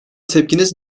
tepkiniz